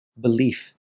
Belief